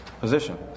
position